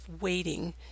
waiting